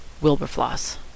Wilberfloss